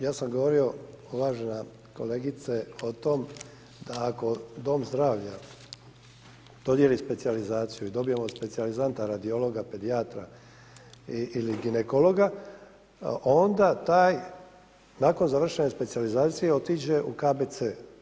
Ja sam govorio uvažena kolegice o tom da ako dom zdravlja dodijeli specijalizaciju i dobijemo specijalizanta, radiologa, pedijatra ili ginekologa, onda taj nakon završene specijalizacije otiđe u KBC.